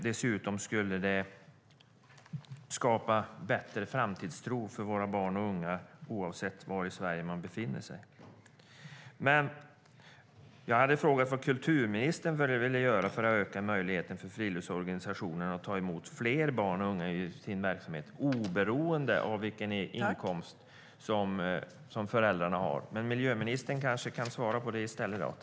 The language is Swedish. Dessutom skulle det skapa bättre framtidstro hos våra barn och unga, oavsett var i Sverige de befinner sig. Jag hade en fråga till kulturministern om vad hon ville göra för att öka möjligheterna för friluftsorganisationerna att ta emot fler barn och unga i sin verksamhet, oberoende av vilken inkomst som föräldrarna har. Men miljöministern kanske kan svara på det i stället.